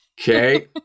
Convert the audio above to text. Okay